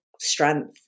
strength